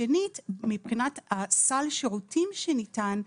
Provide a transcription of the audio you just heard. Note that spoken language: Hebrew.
מבחינת סל השירותים שניתן,